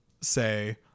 say